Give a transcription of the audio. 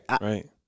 Right